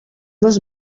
les